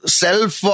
self